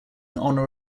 honor